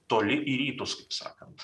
toli į rytus kaip sakant